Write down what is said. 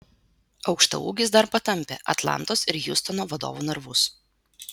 aukštaūgis dar patampė atlantos ir hjustono vadovų nervus